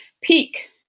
peak